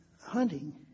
hunting